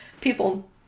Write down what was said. people